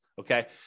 okay